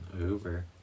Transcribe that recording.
Uber